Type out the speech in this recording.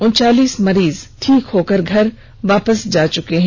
उनचालीस मरीज ठीक होकर घर वापस जा चुके हैं